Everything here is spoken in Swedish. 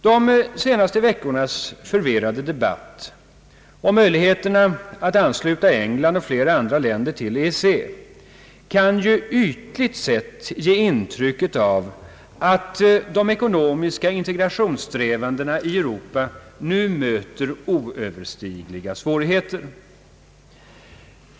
De senaste veckornas förvirrade debatt om möjligheterna att ansluta England och flera andra länder till EEC kan ytligt sett ge intryck av att de ekonomiska integrationssträvandena i Europa nu möter oöverstigliga svårigheter.